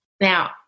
Now